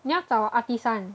你要找 Artisan